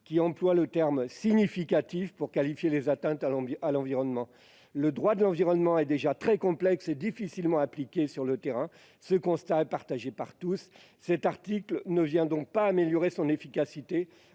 qui emploie le terme « significatif » pour qualifier les atteintes à l'environnement. Le droit de l'environnement est déjà très complexe et difficilement appliqué sur le terrain- ce constat est partagé par tous. Cet article ne vient pas améliorer son efficacité,